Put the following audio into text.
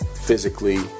physically